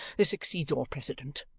this exceeds all precedent.